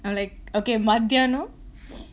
I'm like okay மதியானம்:mathiyaanam